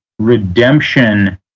redemption